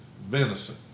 venison